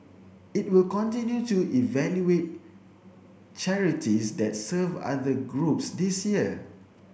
it will continue to evaluate charities that serve other groups this year